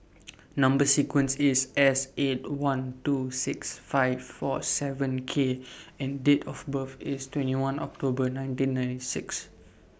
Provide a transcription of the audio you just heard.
Number sequence IS S eight one two six five four seven K and Date of birth IS twenty one October nineteen ninety six